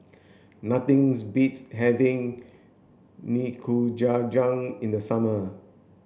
nothings beats having Nikujaga in the summer